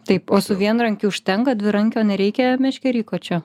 taip o su vienrankiu užtenka dvirankio nereikia meškerykočio